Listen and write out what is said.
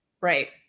right